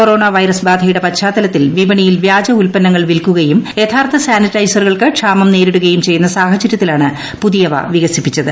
corona virus ബാധയുടെ പശ്ചാത്തലത്തിൽ വിപണിയിൽ വ്യാജ ഉൽപന്നങ്ങൾ വിൽക്കുകയും യഥാർത്ഥ സാനിറ്റൈസറുകൾക്ക് ക്ഷാമം നേരിടുകയും ചെയ്യുന്ന സാഹചരൃത്തിലാണ് പുതിയവ വികസിപ്പിച്ചത്